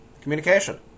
communication